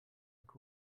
einen